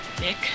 Nick